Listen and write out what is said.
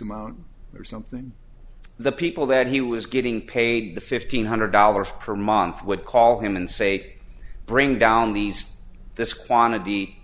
amount or something the people that he was getting paid the fifteen hundred dollars per month would call him and say bring down these this quantity